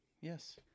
yes